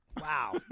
Wow